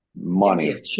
Money